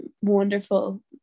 wonderful